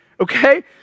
Okay